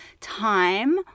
time